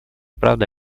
правда